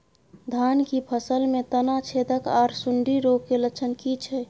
धान की फसल में तना छेदक आर सुंडी रोग के लक्षण की छै?